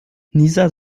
nieser